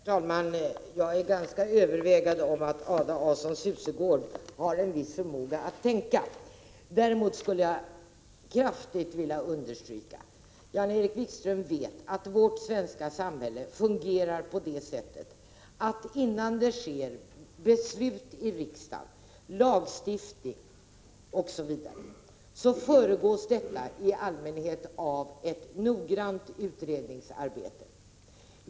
Fru talman! Jag är ganska övertygad om att Ada A:son Susegård har en viss förmåga att tänka. Däremot skulle jag kraftigt vilja understryka något som Jan-Erik Wikström vet, nämligen att vårt svenska samhälle fungerar på det sättet att beslut i riksdagen, lagstiftning etc. i allmänhet föregås av ett noggrant utredningsarbete.